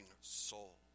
soul